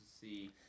see